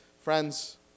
friends